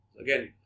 again